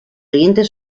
oyentes